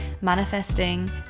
manifesting